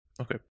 Okay